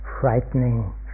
frightening